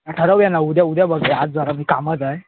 ठरवूया ना उद्या उद्या बघूया आज जरा मी कामात जाय